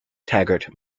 taggart